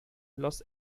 los